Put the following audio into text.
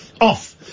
off